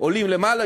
עולים למעלה,